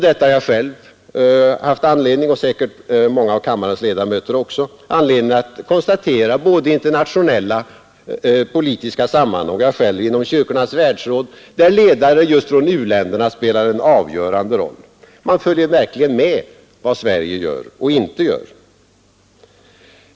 Detta har jag själv haft anledning att konstatera i internationella politiska sammanhang — liksom säkert många andra av kammarens ledamöter — och inom Kyrkornas världsråd, där ledare från u-länderna spelar en avgörande roll. Man följer verkligen med vad Sverige gör och inte gör.